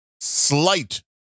slight